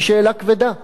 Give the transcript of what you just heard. היא שאלה כבדה.